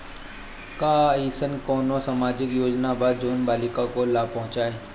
का अइसन कोनो सामाजिक योजना बा जोन बालिकाओं को लाभ पहुँचाए?